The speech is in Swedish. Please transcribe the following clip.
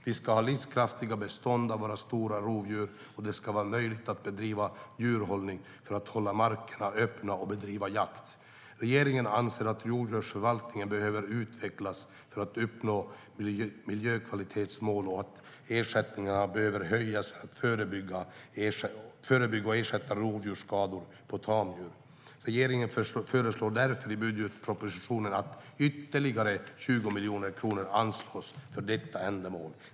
Vi ska ha livskraftiga bestånd av våra stora rovdjur, och det ska vara möjligt att bedriva djurhållning för att hålla markerna öppna och att bedriva jakt. Regeringen anser att rovdjursförvaltningen behöver utvecklas för att miljökvalitetsmålen ska uppnås och att ersättningarna behöver höjas för att förebygga och ersätta rovdjursskador på tamdjur. Regeringen föreslår därför i budgetpropositionen att ytterligare 20 miljoner kronor anslås för detta ändamål.